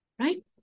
Right